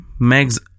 megs